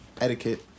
etiquette